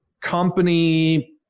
company